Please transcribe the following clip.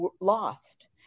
lost